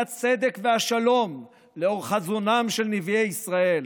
הצדק והשלום לאור חזונם של נביאי ישראל.